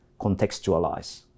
contextualize